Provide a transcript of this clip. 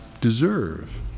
deserve